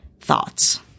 thoughts